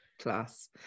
Class